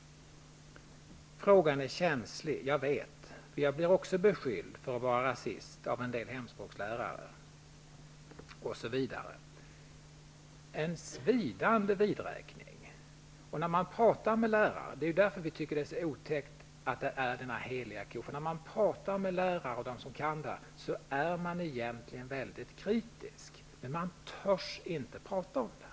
Frågan är känslig, det vet jag, för jag blir också beskylld av en del hemspråkslärare för att vara rasist, osv. Brevet är en svidande vidräkning. Det är otäckt att hemspråksundervisningen skall vara en så helig ko, för när man talar med lärare som kan det här, är de egentlien väldigt kritiska, men de törs inte tala om det.